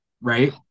right